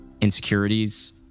insecurities